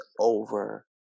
over